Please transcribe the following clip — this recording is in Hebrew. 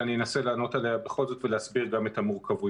ואני אנסה לענות עליה בכל זאת ולהסביר את גם המורכבויות.